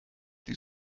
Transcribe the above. die